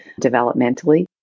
developmentally